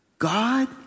God